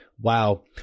wow